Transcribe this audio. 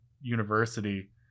university